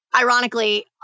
Ironically